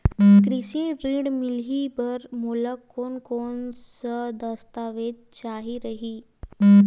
कृषि ऋण मिलही बर मोला कोन कोन स दस्तावेज चाही रही?